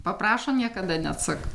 paprašo niekada neatsakau